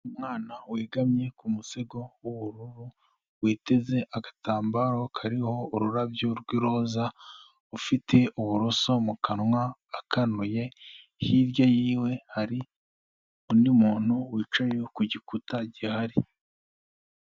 Umwana wegamye ku musego w'ubururu, witeze agatambaro kariho ururabyo rw'iroza, ufite uburoso mu kanwa akanuye, hirya y'iwe hari undi muntu wicaye ku gikuta gihari.